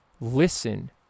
Listen